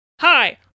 hi